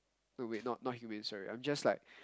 no wait not not humane sorry I'm just like